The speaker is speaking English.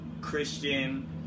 Christian